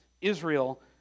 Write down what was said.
Israel